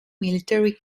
military